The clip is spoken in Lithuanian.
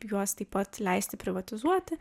juos taip pat leisti privatizuoti